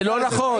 זה לא נכון.